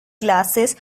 glasses